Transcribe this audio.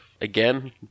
again